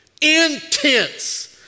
intense